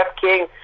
King